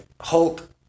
Hulk